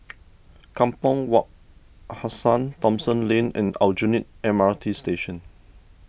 Kampong Wak Hassan Thomson Lane and Aljunied M R T Station